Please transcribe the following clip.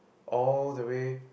all the way